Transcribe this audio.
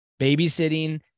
babysitting